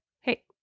Hey